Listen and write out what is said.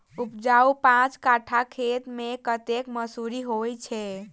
उपजाउ पांच कट्ठा खेत मे कतेक मसूरी होइ छै?